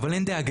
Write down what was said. אבל אין דאגה,